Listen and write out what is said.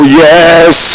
yes